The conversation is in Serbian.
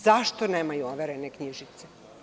Zašto nemaju overene knjižice?